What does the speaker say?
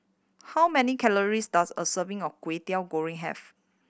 how many calories does a serving of Kway Teow Goreng have